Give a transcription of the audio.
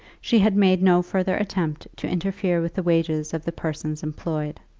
she had made no further attempt to interfere with the wages of the persons employed.